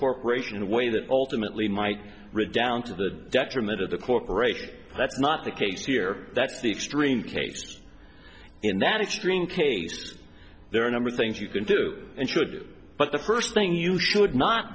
corporation in a way that ultimately might redound to the detriment of the corporation that's not the case here that's the extreme case in that extreme case there are a number of things you can do and should but the first thing you should not